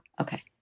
Okay